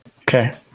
Okay